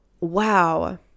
wow